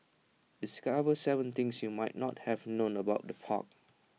discover Seven things you might not have known about the park